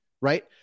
right